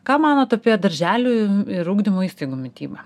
ką manot apie darželių ir ugdymo įstaigų mitybą